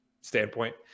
standpoint –